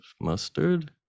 Mustard